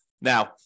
Now